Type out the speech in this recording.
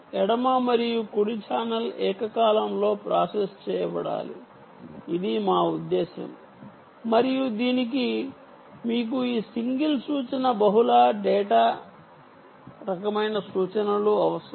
ఎడమ మరియు కుడి ఛానెల్ ఏకకాలంలో ప్రాసెస్ చేయబడాలి ఇది మా ఉద్దేశ్యం మరియు దీనికి మీకు ఈ సింగిల్ సూచన బహుళ డేటా రకమైన సూచనలుఅవసరం